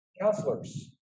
counselors